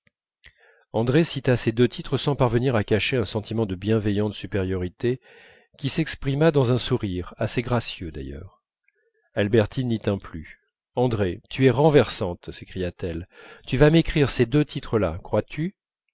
andrée cita ces deux titres sans parvenir à cacher un sentiment de bienveillante supériorité qui s'exprima dans un sourire assez gracieux d'ailleurs albertine n'y tint plus andrée tu es renversante s'écria-t-elle tu vas m'écrire ces deux titres là crois-tu